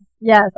yes